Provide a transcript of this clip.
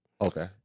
Okay